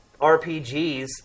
rpgs